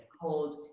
Called